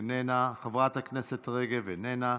איננה, חברת הכנסת רגב, איננה,